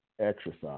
exercise